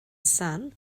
son